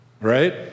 Right